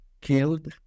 killed